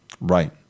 Right